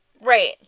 Right